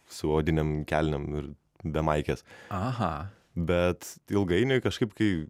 su odinėm kelnėm ir be maikės bet ilgainiui kažkaip kai